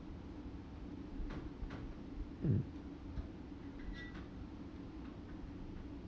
mm